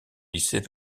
lycée